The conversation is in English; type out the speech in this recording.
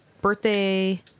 birthday